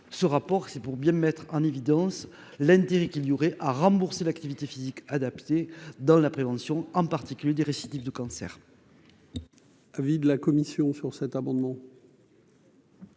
ce rapport, c'est pour bien mettre en évidence l'intérêt qu'il y aurait à rembourser l'activité physique adaptée dans la prévention, en particulier des récidives de cancer.